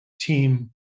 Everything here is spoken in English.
team